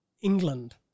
england